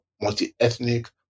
multi-ethnic